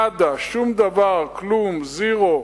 נאדה, שום דבר, כלום, זירו,